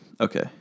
Okay